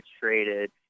traded